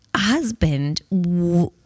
husband